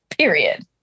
period